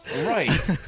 Right